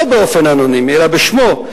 לא באופן אנונימי אלא בשמו,